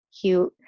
cute